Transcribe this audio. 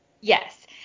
yes